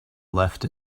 left